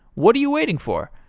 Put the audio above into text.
what are you waiting for?